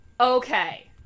Okay